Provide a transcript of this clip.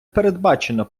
передбачено